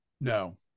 No